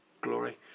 glory